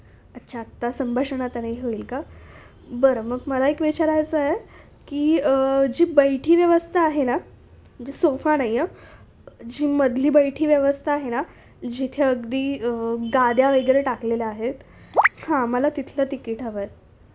अच्छा आत्ता संभाषणातनंही होईल का बरं मग मला एक विचारायचं आहे की जी बैठी व्यवस्था आहे ना जी सोफा नाही आहे जी मधली बैठी व्यवस्था आहे ना जिथे अगदी गाद्या वगैरे टाकलेल्या आहेत हां मला तिथलं तिकीट हवं आहे